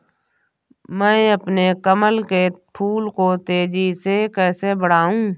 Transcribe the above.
मैं अपने कमल के फूल को तेजी से कैसे बढाऊं?